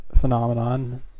phenomenon